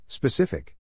Specific